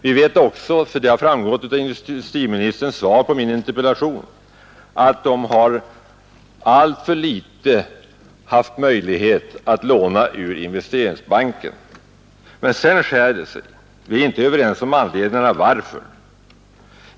Vi vet också — det har framgått av industriministerns svar på min interpellation — att de har haft alltför små möjligheter att låna från Investeringsbanken. Men sedan skär det sig. Vi är inte överens om anledningarna till detta.